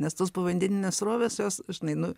nes tos povandeninės srovės jos žinai nu